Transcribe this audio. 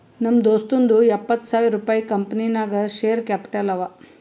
ನಮ್ ದೋಸ್ತುಂದೂ ಎಪ್ಪತ್ತ್ ಸಾವಿರ ರುಪಾಯಿ ಕಂಪನಿ ನಾಗ್ ಶೇರ್ ಕ್ಯಾಪಿಟಲ್ ಅವ